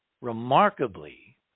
remarkably